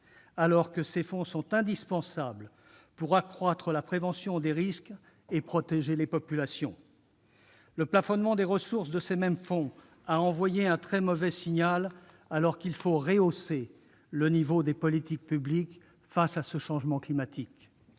alors que ces fonds jouent un rôle indispensable pour renforcer la prévention des risques et protéger les populations. En plafonnant les ressources de ces mêmes fonds, on a envoyé un très mauvais signal, alors qu'il faut rehausser le niveau des politiques publiques pour faire face au changement climatique.